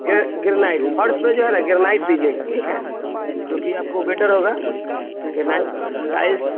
ये ग्रेनाइट फ़र्श पे जो है ना ग्रेनाइट दीजिएगा ठीक है जो कि आपको बेटर होगा ग्रेनाइट टाइल्स